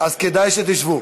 אז כדאי שתשבו.